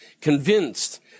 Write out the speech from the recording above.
convinced